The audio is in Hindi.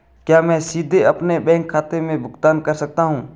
क्या मैं सीधे अपने बैंक खाते से भुगतान कर सकता हूं?